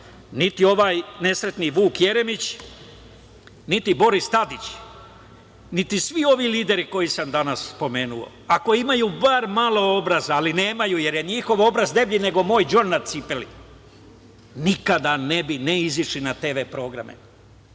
niti ovaj nesretni Vuk Jeremić, niti Boris Tadić, niti svi ovi lideri koje sam danas spomenuo, ako imaju bar malo obraza, ali nemaju, jer je njihov obraz deblji nego moj đon na cipeli, nikada ne bi ne izašli na TV programe,